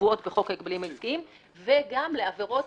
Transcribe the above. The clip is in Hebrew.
שקבועות בחוק ההגבלים העסקיים וגם לעבירות